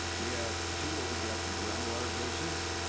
we have two over drafted groundwater basins,